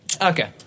Okay